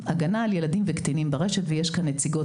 הגנה על ילדים וקטינים ברשת ויש כאן נציגות